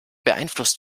beeinflusst